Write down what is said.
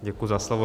Děkuji za slovo.